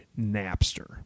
Napster